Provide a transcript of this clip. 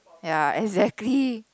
ya exactly